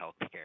healthcare